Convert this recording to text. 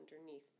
underneath